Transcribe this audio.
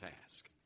task